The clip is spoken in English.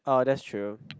oh that's true